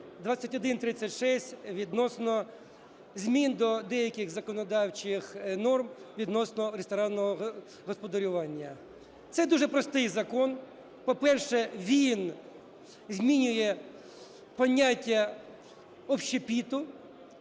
2136 відносно змін до деяких законодавчих норм відносно ресторанного господарювання. Це дуже простий закон. По-перше, він змінює поняття общепіту